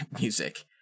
music